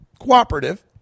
cooperative